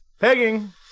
Pegging